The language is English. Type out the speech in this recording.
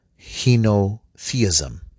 henotheism